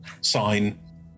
sign